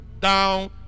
down